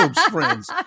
friends